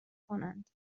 کنند